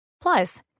Plus